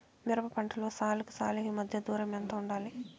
మిరప పంటలో సాలుకి సాలుకీ మధ్య దూరం ఎంత వుండాలి?